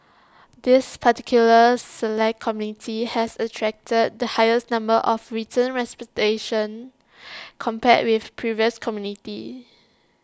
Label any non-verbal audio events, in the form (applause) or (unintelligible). this particular Select Committee has attracted the highest number of written (unintelligible) compared with previous committees